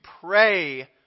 pray